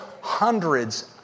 hundreds